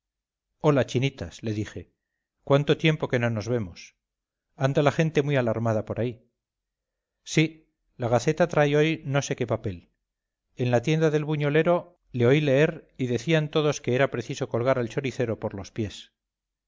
ola chinitas le dije cuánto tiempo que no nos vemos anda la gente muy alarmada por ahí sí la gaceta trae hoy no sé qué papel en la tienda del buñolero le oí leer y decían todos que era preciso colgar al choricero por los pies